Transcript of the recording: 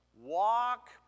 Walk